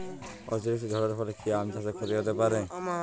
অতিরিক্ত ঝড়ের ফলে কি আম চাষে ক্ষতি হতে পারে?